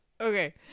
Okay